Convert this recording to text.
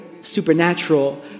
supernatural